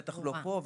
בטח לא פה,